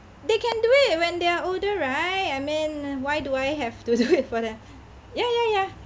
they can do it when they are older right I mean why do I have to do it for them ya ya ya